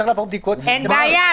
הוא צריך לעבור בדיקות --- אין בעיה,